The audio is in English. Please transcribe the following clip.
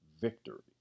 victory